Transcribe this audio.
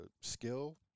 skill